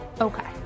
Okay